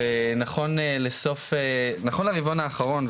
ונכון לרבעון האחרון,